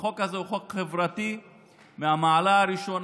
החוק הזה הוא חוק חברתי מהמעלה הראשונה.